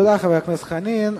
תודה, חבר הכנסת חנין.